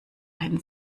einen